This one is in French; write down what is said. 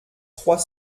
trois